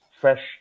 fresh